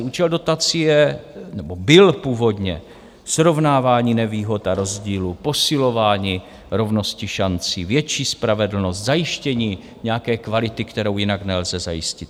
Účel dotací je nebo byl původně srovnávání nevýhod a rozdílů, posilování rovnosti šancí, větší spravedlnost, zajištění nějaké kvality, kterou jinak nelze zajistit.